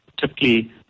typically